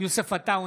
יוסף עטאונה,